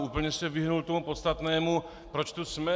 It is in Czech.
Úplně se vyhnul tomu podstatnému, proč tu jsme.